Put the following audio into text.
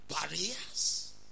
barriers